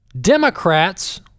Democrats